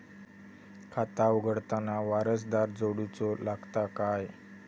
खाता उघडताना वारसदार जोडूचो लागता काय?